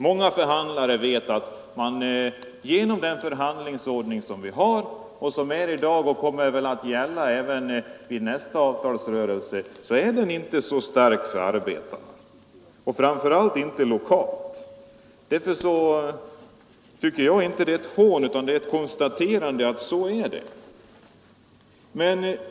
Många förhandlare vet att den förhandlingsordning som gäller i dag och som väl kommer att gälla även under nästa avtalsrörelse inte är så fördelaktig för arbetarna, framför allt inte lokalt. Att jag säger detta innebär alltså inte något hån utan bara ett konstaterande av hur det förhåller sig.